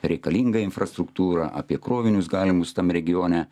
reikalingą infrastruktūrą apie krovinius galimus tam regione